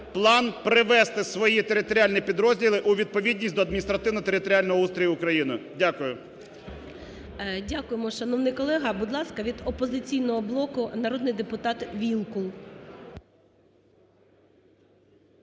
план привести свої територіальні підрозділи у відповідність до адміністративно-територіального устрою України. Дякую. ГОЛОВУЮЧИЙ. Дякуємо, шановний колега. Будь ласка, від "Опозиційного блоку" – народний депутат Вілкул.